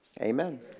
Amen